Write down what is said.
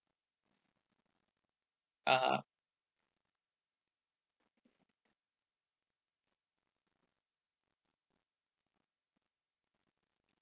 ah